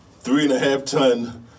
three-and-a-half-ton